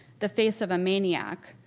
the face of a maniac,